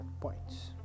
points